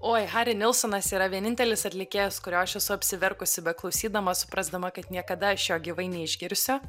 oi hari nilsonas yra vienintelis atlikėjas kurio aš esu apsiverkusi beklausydama suprasdama kad niekada aš jo gyvai neišgirsiu